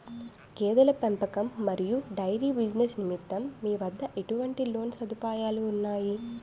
గేదెల పెంపకం మరియు డైరీ బిజినెస్ నిమిత్తం మీ వద్ద ఎటువంటి లోన్ సదుపాయాలు ఉన్నాయి?